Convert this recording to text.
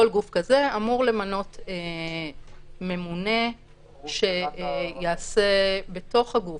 כל גוף כזה אמור למנות ממונה שיעשה בתוך הגוף